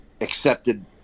accepted –